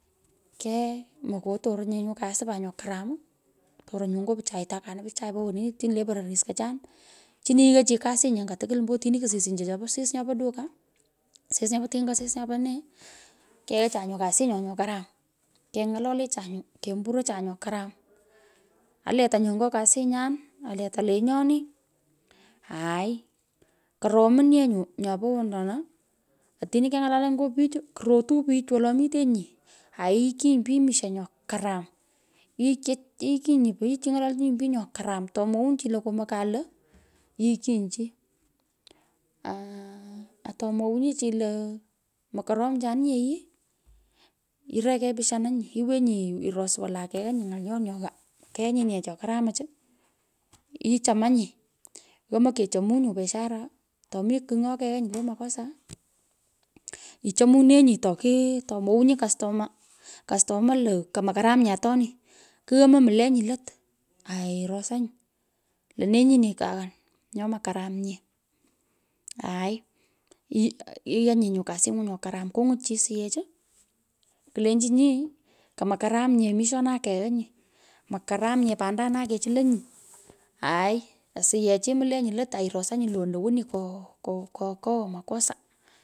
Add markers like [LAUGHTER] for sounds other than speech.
Kee, mokotoronye kasi pat nyo karam, otoron nyu ngo pichai tapkana pichai po woni chini le pororis kochan chini yioi chi kusing anya tukwol combo otini kusinyi anga sis nyopo tinga. sis nyopo tinga sis nyopo nee, keacha nyu kasinyo nyo karam. Keny’ololecha nyu, kemborocha nyo karam, aletanyuu ago kasinyan, aletan lenyoni, aai, konomin yee nyuu nyopo ondona, otini keng’alananyi, nyo pich. Kurotui pich wolo mitenyi, ayighchinyi, pich misho nyo karam, yigheh. [HESITATION] yighchinyi, pich iny’olchini pich nyo karam, tomwounyi chi lo komokan lo yighchinyi chi, aa atomwounyi, chi lo mokoromchanin ye yii, meketishananyi, iwenyi, ires walai keanyi, ng’olyan nyo ghaa, mokeanyi, nye cho karamach, ichamanyi," yomo kechomu nyu biashara tomi kigh nyo keanyi, le makosa, ichomunenyi toki tomwounyi, customer customer lo komokaram nye atoni, kuomoi, mulenyi lot airosanyi nee nyini kaghan nyo mokarum nye, aai, ianyi, nyu kasingu nyo karam. Kungwu chi asiyech kulenginyi, komokaram nye mishonai keanyi, mokaram nye pandanai, kechulonyi, aai, asyech imolenyi, lot airosanyi lo ono woni, ko ko ko koghan makosa.